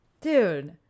Dude